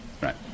Right